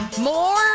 more